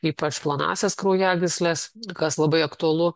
ypač plonąsias kraujagysles kas labai aktualu